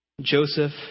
Joseph